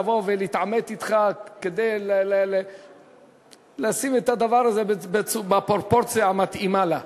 לבוא ולהתעמת אתך כדי לשים את הדבר הזה בפרופורציה המתאימה לו.